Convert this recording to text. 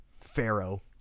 Pharaoh